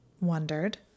wondered